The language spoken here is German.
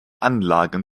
anlagen